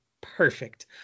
perfect